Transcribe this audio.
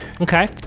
Okay